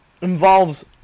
involves